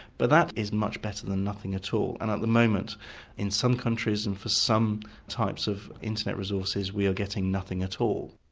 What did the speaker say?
but that is much better than nothing at all, and at the moment in some countries and for some types of internet resources we are getting nothing at all.